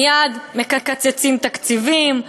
מייד מקצצים תקציבים,